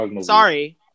Sorry